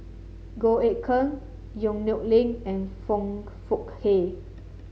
Goh Eck Kheng Yong Nyuk Lin and Foong Fook Kay